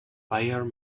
viral